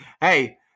hey